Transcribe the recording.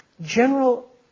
general